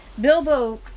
Bilbo